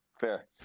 Fair